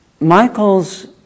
Michael's